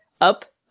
up